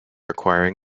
acquiring